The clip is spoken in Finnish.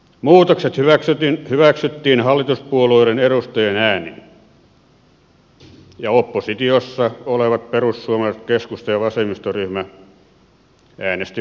muutokset hyväksyttiin hallituspuolueiden edustajien äänin ja oppositiossa olevat perussuomalaiset keskusta ja vasemmistoryhmä äänestivät vastaan